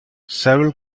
several